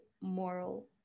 moral